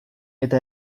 eta